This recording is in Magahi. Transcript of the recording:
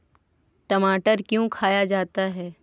टमाटर क्यों खाया जाता है?